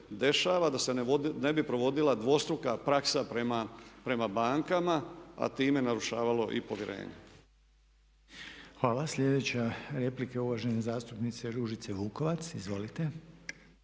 da se ne bi provodila dvostruka praksa prema bankama a time narušavalo i povjerenje. **Reiner, Željko (HDZ)** Hvala. Sljedeća replika je uvažene zastupnice Ružice Vukovac. Izvolite.